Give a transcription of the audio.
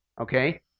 okay